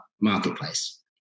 marketplace